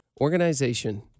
Organization